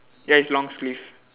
ya it's long sleeve